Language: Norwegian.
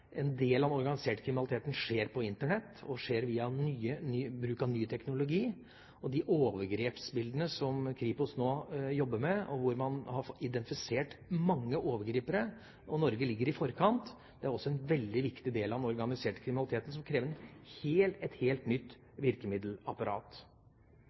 en del av den organiserte kriminaliteten skjer på Internett, og det skjer ved bruk av ny teknologi. De overgrepsbildene som Kripos nå jobber med, og hvor man har identifisert mange overgripere – og Norge ligger i forkant – er også en veldig viktig del av den organiserte kriminaliteten, som krever et helt